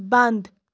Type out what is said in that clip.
بنٛد